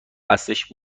اصلش